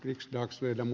yks kaks veden